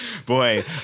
Boy